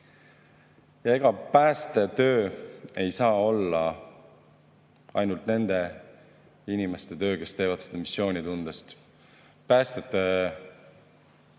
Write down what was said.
ega päästetöö ei saa olla ainult nende inimeste töö, kes teevad seda missioonitundest. Päästjate töö